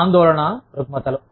ఆందోళన రుగ్మతలు